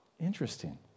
Interesting